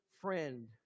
friend